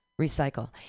recycle